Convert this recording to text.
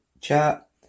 chat